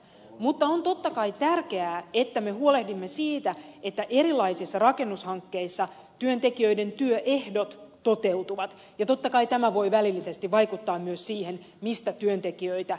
mutta on totta kai tärkeää että me huolehdimme siitä että erilaisissa rakennushankkeissa työntekijöiden työehdot toteutuvat ja totta kai tämä voi välillisesti vaikuttaa myös siihen mistä työntekijöitä rekrytoidaan